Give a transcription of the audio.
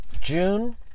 June